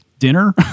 dinner